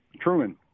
Truman